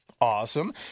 Awesome